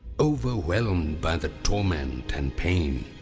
overwhelmed by the torment and pain,